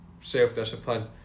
self-discipline